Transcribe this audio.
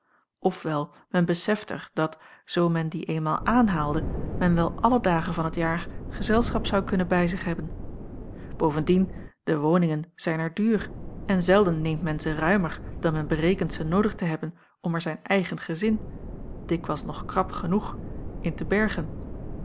wel men beseft er dat zoo men die eenmaal aanhaalde men wel alle dagen van t jaar gezelschap zou kunnen bij zich hebben bovendien de woningen zijn er duur en zelden neemt men ze ruimer dan men berekent ze noodig te hebben om er zijn eigen gezin dikwijls nog krap genoeg in te bergen